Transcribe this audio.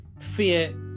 fear